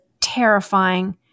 terrifying